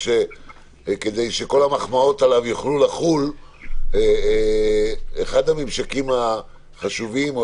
כדי שכל המחמאות עליו יוכלו לחול אחד הממשקים החשובים או